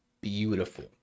beautiful